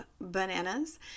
bananas